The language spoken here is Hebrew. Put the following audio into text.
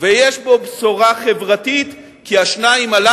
ויש בו בשורה חברתית וחינוכית,